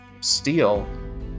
steel